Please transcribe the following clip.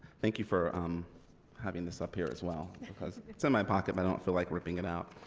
thank you for um having this up here as well because it's in my pocket i don't feel like ripping it out.